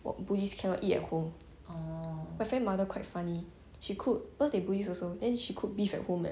what buddhist cannot eat at home my friend mother quite funny she cook because they buddhist also then she cook beef at home right